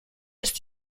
ist